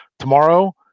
tomorrow